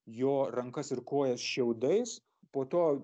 jo rankas ir kojas šiaudais po to